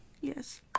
Yes